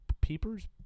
Peepers